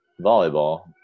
volleyball